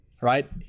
right